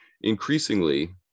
increasingly